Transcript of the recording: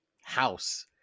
house